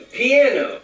piano